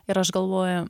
ir aš galvoju